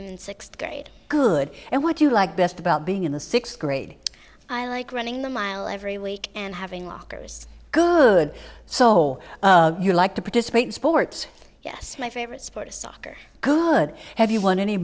in sixth grade good and what do you like best about being in the sixth grade i like running the mile every week and having lockers good so you like to participate in sports yes my favorite sport is soccer good have you won any